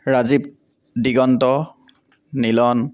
Rajiv Diganta Nilan